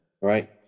right